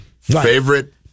favorite